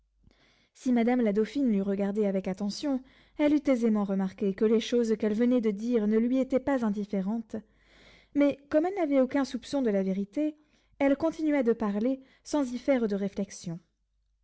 si madame la dauphine l'eut regardée avec attention elle eût aisément remarqué que les choses qu'elle venait de dire ne lui étaient pas indifférentes mais comme elle n'avait aucun soupçon de la vérité elle continua de parler sans y faire de réflexion